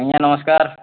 ଆଜ୍ଞା ନମସ୍କାର୍